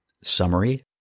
Summary